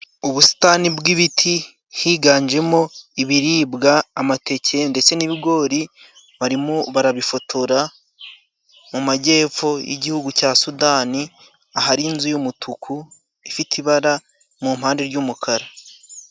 Ubusitani bw'ibiti higanjemo ibiribwa, amateke ndetse n'ibigori. Barimo barabifotora, mu majyepfo y'igihugu cya Sudani ahari inzu y'umutuku ifite ibara mu mpande ry'umukara.